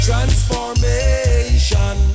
Transformation